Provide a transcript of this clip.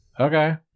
Okay